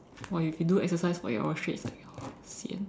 !wah! you can do exercise for eight hours straight like !wah! sian